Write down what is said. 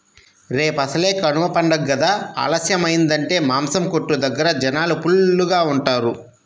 రేపసలే కనమ పండగ కదా ఆలస్యమయ్యిందంటే మాసం కొట్టు దగ్గర జనాలు ఫుల్లుగా ఉంటారు